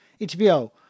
HBO